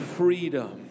freedom